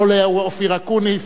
לא לאופיר אקוניס,